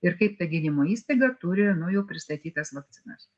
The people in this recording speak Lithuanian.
ir kaip ta gydymo įstaiga turi nu jau pristatytas vakcinas